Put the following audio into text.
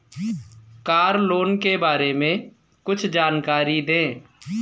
Car loan के बारे में कुछ जानकारी दें?